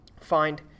Find